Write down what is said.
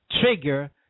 trigger